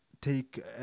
take